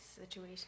situation